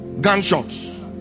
gunshots